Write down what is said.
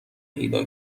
پیدا